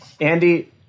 Andy